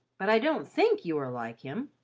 but i don't think you are like him.